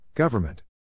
Government